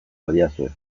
badidazue